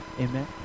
Amen